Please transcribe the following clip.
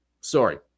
sorry